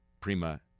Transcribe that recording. Prima